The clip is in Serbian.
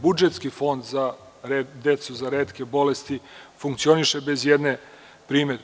Budžetski fond za decu za retke bolesti funkcioniše bez ijedne primedbe.